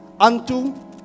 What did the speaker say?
Unto